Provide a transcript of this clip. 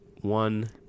one